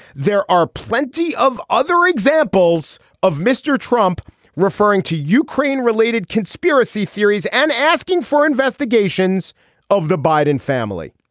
there are plenty of other examples of mr trump referring to ukraine related conspiracy theories and asking for investigations of the biden family.